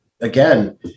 again